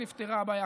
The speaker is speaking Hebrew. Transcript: ונפתרה הבעיה".